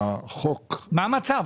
מה המצב?